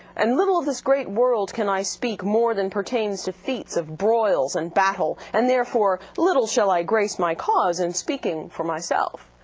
and little this great world can i speak, more than pertains to feats of broil and battle, and therefore little shall i grace my cause in speaking for myself.